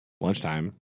lunchtime